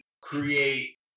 create